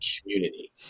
community